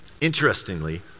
Interestingly